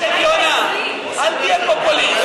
חבר הכנסת יונה, אל תהיה פופוליסט.